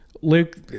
Luke